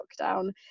lockdown